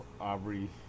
Aubrey